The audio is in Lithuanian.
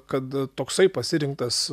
kad toksai pasirinktas